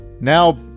now